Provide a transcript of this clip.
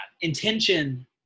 intention